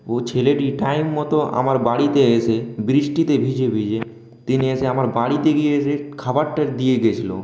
ও ছেলেটি টাইম মতো আমার বাড়িতে এসে বৃষ্টিতে ভিজে ভিজে তিনি এসে আমার বাড়িতে গিয়ে এসে খাবারটা দিয়ে গিয়েছিলো